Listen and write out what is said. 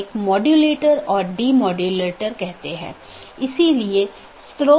BGP AS के भीतर कार्यरत IGP को प्रतिस्थापित नहीं करता है